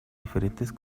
diferentes